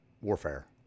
warfare